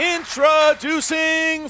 Introducing